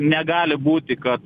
negali būti kad